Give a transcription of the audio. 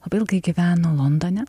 labai ilgai gyveno londone